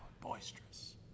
boisterous